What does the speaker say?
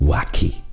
Wacky